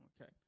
Okay